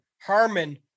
Harmon